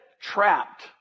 trapped